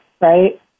right